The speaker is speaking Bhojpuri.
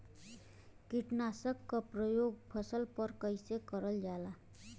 कीटनाशक क प्रयोग फसल पर कइसे करल जाला?